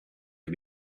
can